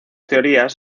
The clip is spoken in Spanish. teorías